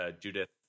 Judith